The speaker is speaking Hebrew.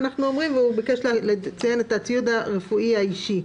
ויובל ביקש לציין את הציוד הרפואי האישי.